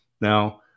Now